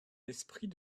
l’esprit